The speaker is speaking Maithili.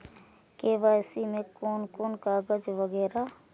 के.वाई.सी में कोन कोन कागज वगैरा?